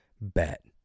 Bet